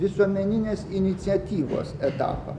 visuomeninės iniciatyvos etapą